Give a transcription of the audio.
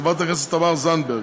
חברת הכנסת תמר זנדברג.